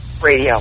Radio